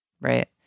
Right